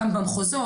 גם במחוזות,